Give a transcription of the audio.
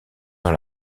dans